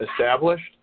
established